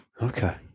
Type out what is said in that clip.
Okay